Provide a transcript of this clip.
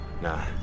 Nah